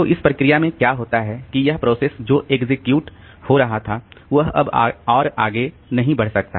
तो इस प्रक्रिया में क्या होता है कि वह प्रोसेस जो एग्जीक्यूट हो रहा था वह अब और आगे नहीं बढ़ सकता